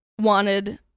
wanted